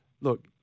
Look